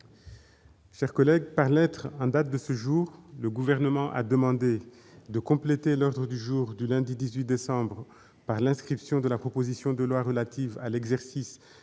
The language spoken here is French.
chers collègues, par lettre en date de ce jour, le Gouvernement a demandé de compléter l'ordre du jour du lundi 18 décembre par l'inscription de la proposition de loi relative à l'exercice